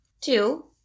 Two-